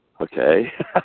Okay